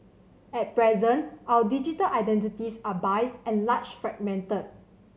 at present our digital identities are by and large fragmented